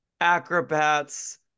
acrobats